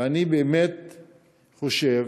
ואני באמת חושב,